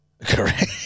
Correct